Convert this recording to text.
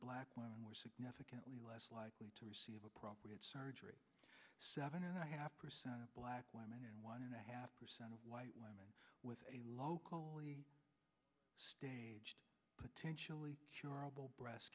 black women were significantly less likely to receive a problem we had surgery seven and a half percent of black women and one and a half percent of white women with a local early stage potentially curable breast